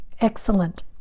excellent